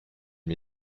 une